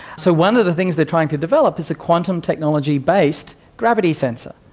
so one of the things they're trying to develop is a quantum technology based gravity sensor.